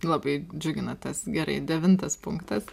labai džiugina tas gerai devintas punktas